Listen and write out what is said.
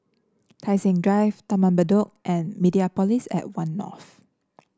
Tai Seng Drive Taman Bedok and Mediapolis at One North